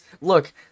look